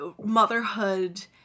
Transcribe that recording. motherhood